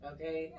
Okay